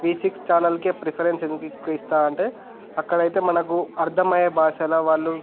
వి six ఛానల్కే preference ఎందుకు ఎక్కువ ఇస్తాను అంటే అక్కడైతే మనకు అర్థమయ్యే భాషల వాళ్ళు